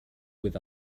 with